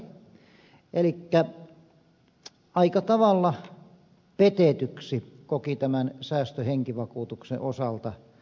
elikkä aika tavalla petetyksi koki tämän säästöhenkivakuutuksen osalta itsensä maksajana